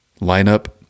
lineup